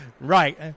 Right